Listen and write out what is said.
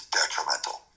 detrimental